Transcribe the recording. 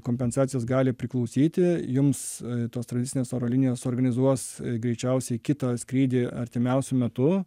kompensacijos gali priklausyti jums tos tradicinės oro linijos suorganizuos greičiausiai kitą skrydį artimiausiu metu